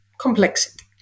complexity